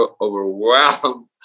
overwhelmed